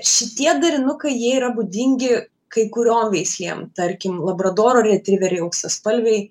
šitie darinukai jie yra būdingi kai kuriom veislėm tarkim labradoro retriveriai auksaspalviai